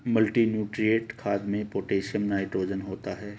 multinutrient खाद में potassium nitrogen होता है